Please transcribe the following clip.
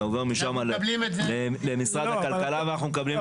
משם זה עובר למשרד הכלכלה ואנחנו מקבלים את זה כנתון.